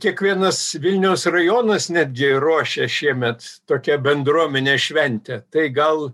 kiekvienas vilniaus rajonas netgi ruošia šiemet tokią bendruomenę šventę tai gal